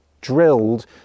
drilled